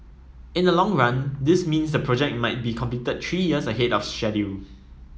in the long run this means the project might be completed three years ahead of schedule